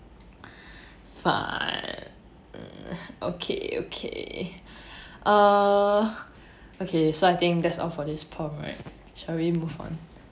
fine ugh okay okay err okay so I think that's all for this prompt right shall we move on